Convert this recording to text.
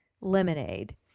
Lemonade